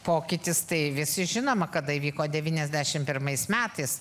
pokytis tai visi žinome kad tai vyko devyniasdešimt pirmais metais